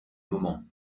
moment